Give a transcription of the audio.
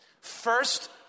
First